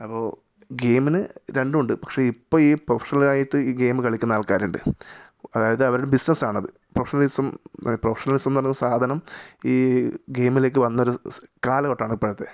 അപ്പോൾ ഗെയിമിന് രണ്ടും ഉണ്ട് പക്ഷേ ഇപ്പോൾ ഈ പ്രൊഫഷണൽ ആയിട്ട് ഈ ഗെയിം കളിക്കുന്ന ആൾക്കാരുണ്ട് അതായത് അവരുടെ ബിസിനസ് ആണത് പ്രൊഫഷണിലിസം പ്രൊഫഷണിലിസം എന്ന് പറയുന്ന സാധനം ഈ ഗെയിമിലേക്ക് വന്നൊരു കാലഘട്ടമാണ് ഇപ്പോഴത്തെ